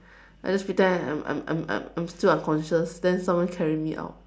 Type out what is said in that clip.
I just pretend I'm I'm I'm I'm I'm still unconscious then someone carry me out